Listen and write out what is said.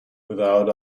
without